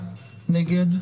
מי נגד?